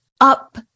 up